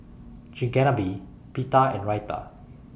Chigenabe Pita and Raita